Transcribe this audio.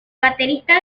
baterista